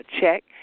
check